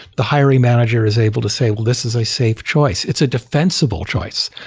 the hiring manager is able to say, well, this is a safe choice. it's a defensible choice.